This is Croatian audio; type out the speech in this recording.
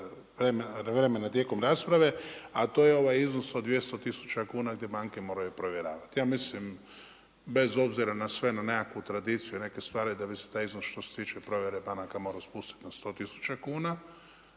vremena tijekom rasprave, a to je ovaj iznos od 200 tisuća kuna, gdje banke moraju povjeravati. Ja mislim, bez obzira na sve, na nekakvu tradiciju, na nekakve stvari da bi se taj iznos što se tiče provjere banaka, morao spustit na 100 tisuća kuna.